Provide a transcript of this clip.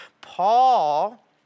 Paul